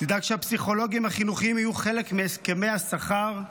דאג לכך שהפסיכולוגים החינוכיים יהיו חלק מהסכמי השכר,